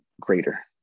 greater